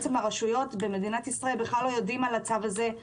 הרשויות במדינת ישראל כלל לא יודעות על הצו הזה.